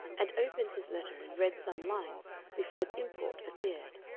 and opened his letter and read some lines before its import appeared.